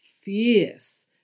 fierce